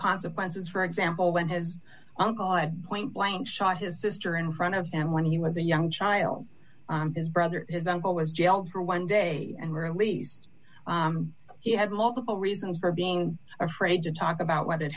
consequences for example when his uncle at point blank shot his sister in front of and when he was a young child his brother his uncle was jailed for one day and released he had multiple reasons for being afraid to talk about what had